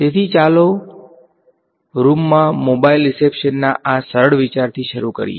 તેથી ચાલો રૂમમાં મોબાઇલ રિસેપ્શનના આ સરળ વિચારથી શરૂઆત કરીએ